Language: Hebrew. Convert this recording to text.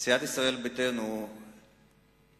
סיעת ישראל ביתנו הצליחה,